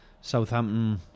Southampton